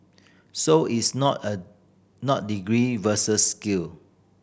so it's not a not degree versus skill